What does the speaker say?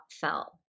fell